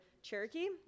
Cherokee